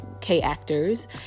K-actors